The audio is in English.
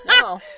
No